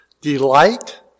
delight